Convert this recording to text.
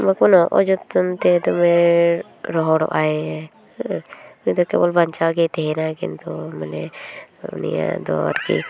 ᱵᱟᱠᱚ ᱢᱮᱱᱟ ᱚᱡᱚᱛᱱᱚ ᱛᱮ ᱫᱚᱢᱮ ᱨᱚᱦᱚᱲᱚᱜᱼᱟᱭ ᱦᱮᱸ ᱩᱱᱤᱫᱚ ᱠᱮᱵᱚᱞ ᱵᱟᱧᱪᱟᱣ ᱜᱮᱭ ᱛᱟᱦᱮᱱᱟ ᱠᱤᱱᱛᱩ ᱢᱟᱱᱮ ᱩᱱᱤᱭᱟᱜ ᱫᱚ ᱟᱨᱠᱤ